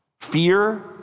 Fear